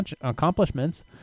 accomplishments